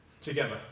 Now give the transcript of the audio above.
together